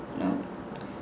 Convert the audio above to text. know